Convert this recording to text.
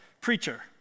preacher